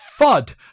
FUD